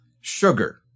sugar